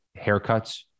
haircuts